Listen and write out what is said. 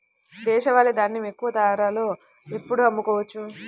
దేశవాలి ధాన్యం ఎక్కువ ధరలో ఎప్పుడు అమ్ముకోవచ్చు?